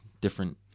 different